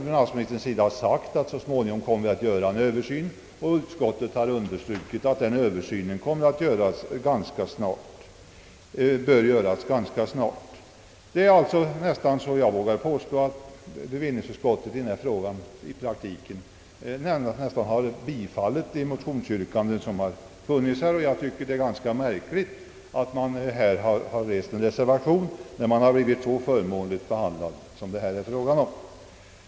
Finansministern har också uttalat att det så småningom kommer att företas en översyn av bestämmelserna, och utskottet har understrukit angelägenheten av att denna översyn sker snart. Jag vågar påstå att bevillningsutskottet i denna fråga nästan har bifallit motionsyrkandet, och jag tycker att det är ganska märkligt att det har avgivits en reservation, när motionärerna blivit så välvilligt behandlade som här är fallet.